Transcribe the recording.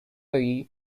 对于